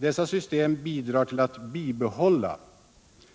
Detta system bidrar till att bibehålla